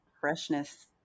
freshness